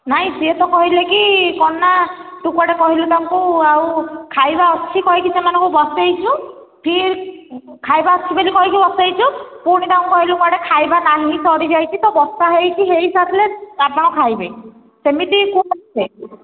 ନାଇଁ ସେ ତ କହିଲେକି କ'ଣ ନା ତୁ କୁଆଡେ କହିଲୁ ତାଙ୍କୁ ଆଉ ଖାଇବା ଅଛି କହିକି ସେମାନଙ୍କୁ ବସାଇଛୁ ଫିର୍ ଖାଇବା ଅଛି ବୋଲି କହିକି ବସାଇଛୁ ପୁଣି ତାଙ୍କୁ କହିଲୁ କୁଆଡେ ଖାଇବା ନାହିଁ ସରିଯାଇଛି ତ ବସାହୋଇଛି ହୋଇସାରିଲା ତା'ପରେ ଆପଣ ଖାଇବେ ସେମିତି କୁହାଯାଏ